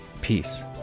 Peace